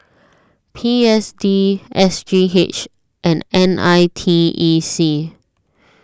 P S D S G H and N I T E C